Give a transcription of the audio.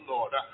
Lord